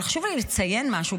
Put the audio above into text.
אבל חשוב לי לציין משהו,